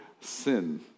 sin